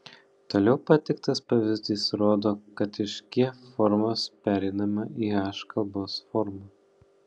toliau pateiktas pavyzdys rodo kad iš g formos pereinama į h kalbos formą